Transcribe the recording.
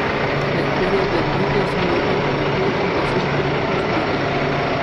kai kurie berniukai su juodom kepurėm tačiau šiaip pusnuogiai